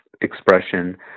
expression